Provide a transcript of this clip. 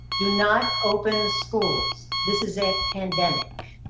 do not open schools. this is a pandemic.